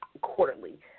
quarterly